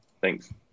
thanks